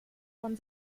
von